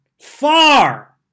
far